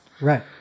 Right